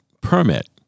permit